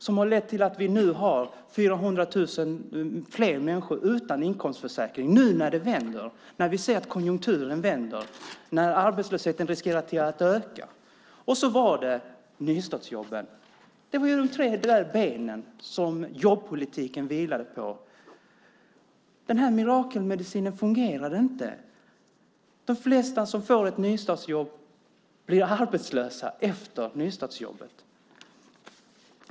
Det har lett till att vi har 400 000 fler människor utan inkomstförsäkring nu när vi ser att konjunkturen vänder ned och arbetslösheten riskerar att öka. Och så var det nystartsjobben. Detta var de tre benen som jobbpolitiken vilade på. Den här mirakelmedicinen fungerade inte. De flesta som får ett nystartsjobb blir arbetslösa efter nystartsjobbet.